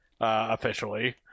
officially